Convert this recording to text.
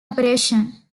operation